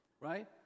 right